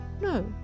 No